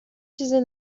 چیزی